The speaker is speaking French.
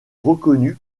reconnue